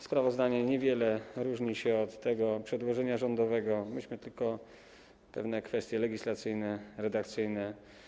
Sprawozdanie niewiele różni się od tego przedłożenia rządowego, myśmy tylko wyregulowali pewne kwestie legislacyjne, redakcyjne.